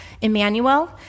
Emmanuel